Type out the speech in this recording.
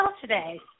today